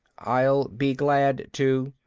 i'll be glad to,